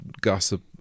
gossip